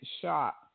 shot